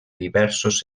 diversos